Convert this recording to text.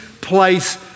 place